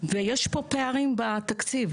ויש פה פערים בתקציב